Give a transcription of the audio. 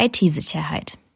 IT-Sicherheit